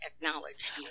acknowledged